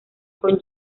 con